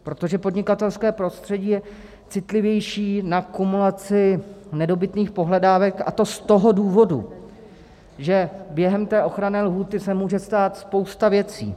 Protože podnikatelské prostředí je citlivější na kumulaci nedobytných pohledávek, a to z toho důvodu, že během té ochranné lhůty se může stát spousta věcí.